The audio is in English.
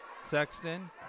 Sexton